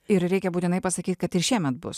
ir reikia būtinai pasakyt kad ir šiemet bus